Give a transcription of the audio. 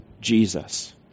Jesus